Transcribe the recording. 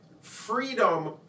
freedom